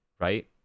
right